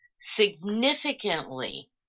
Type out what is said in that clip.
significantly